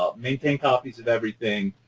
ah maintain copies of everything,